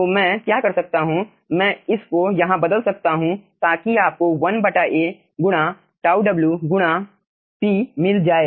तो मैं क्या कर सकता हूं मैं इस को यहां बदल सकता हूं ताकि आपको 1A गुणा Tauw गुणा p मिल जाए